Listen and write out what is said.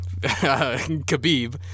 Khabib